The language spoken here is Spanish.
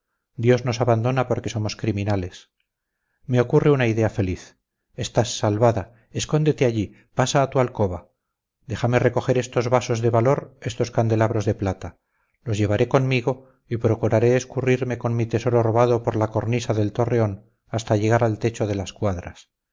dios nos abandona porque somos criminales me ocurre una idea feliz estás salvada escóndete allí pasa a tu alcoba déjame recoger estos vasos de valor estos candelabros de plata los llevaré conmigo y procuraré escurrirme con mi tesoro robado por la cornisa del torreón hasta llegar al techo de las cuadras